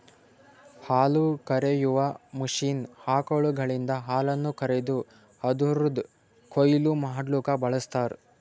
ಹಾಲುಕರೆಯುವ ಮಷೀನ್ ಆಕಳುಗಳಿಂದ ಹಾಲನ್ನು ಕರೆದು ಅದುರದ್ ಕೊಯ್ಲು ಮಡ್ಲುಕ ಬಳ್ಸತಾರ್